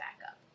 backup